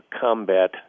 combat